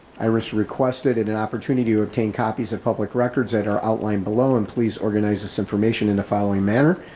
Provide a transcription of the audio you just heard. iris requested and an opportunity to obtain copies of public records that are outlined below and please organize this information in the following manner.